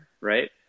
Right